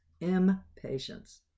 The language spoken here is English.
impatience